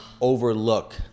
overlook